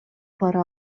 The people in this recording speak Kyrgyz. пара